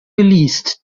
geleast